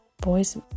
boy's